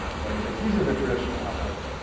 where to pitch. these are the traditional outlets.